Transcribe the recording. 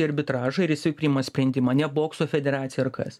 į arbitražą ir jisai priima sprendimą ne bokso federacija ar kas